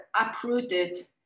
uprooted